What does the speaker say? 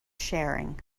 sharing